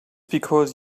because